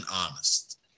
honest